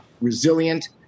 resilient